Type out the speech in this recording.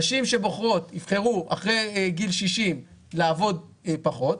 נשים שיבחרו אחרי גיל 60 לעבוד פחות,